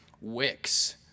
Wix